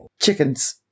Chickens